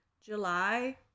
July